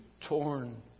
torn